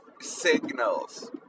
signals